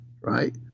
right